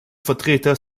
vertreter